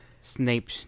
Snape